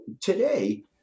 today